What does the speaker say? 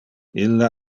ille